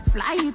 Fly